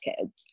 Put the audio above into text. kids